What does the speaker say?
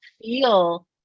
feel